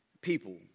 people